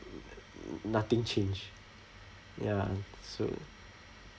nothing change ya so